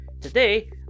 Today